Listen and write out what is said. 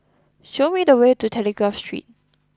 show me the way to Telegraph Street